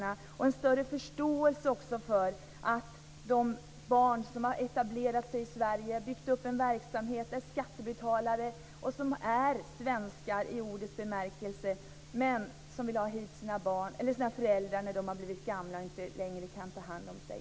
Vi måste visa större förståelse för personer som har etablerat sig i Sverige och som kanske har byggt upp en verksamhet. De är skattebetalare och svenskar i ordets rätta bemärkelse. Vi måste visa dem respekt när de vill ta hit föräldrar som har blivit gamla och inte längre kan ta hand om sig.